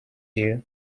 you